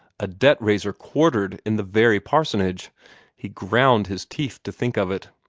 a debt-raiser quartered in the very parsonage he ground his teeth to think of it.